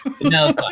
No